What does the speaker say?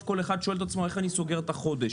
כל אחד שואל את עצמו איך הוא סוגר את החודש.